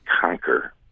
conquer